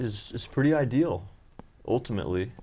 is pretty ideal ultimately